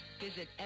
Visit